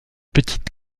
petite